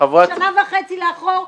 שנה וחצי לאחור,